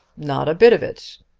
not a bit of it.